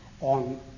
on